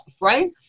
right